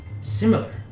Similar